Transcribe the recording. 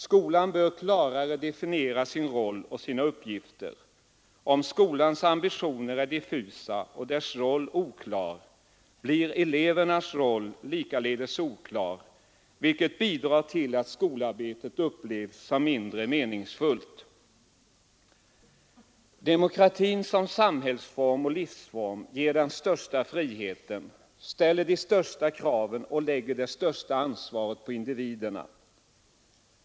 Skolan bör klarare definiera sin roll och sina uppgifter. Om skolans ambitioner är diffusa och dess roll oklar, blir elevernas roll likaledes oklar, vilket bidrar till att skolarbetet upplevs som mindre meningsfullt. Demokratin som samhällsform och livsform ger den största friheten, ställer de största kraven och lägger det största ansvaret på individerna.